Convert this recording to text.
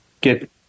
get